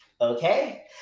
Okay